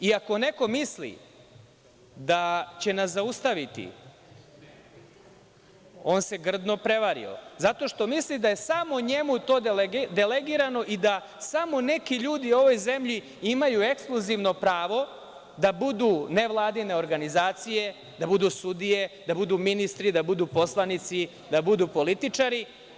Iako neko misli da će nas zaustaviti, on se grdno prevario, zato što misli da je samo njemu to delegirano i da samo neki ljudi u ovoj zemlji imaju ekskluzivno pravo da budu nevladine organizacije, da budu sudije, da budu ministri, da budu poslanici, da budu političari.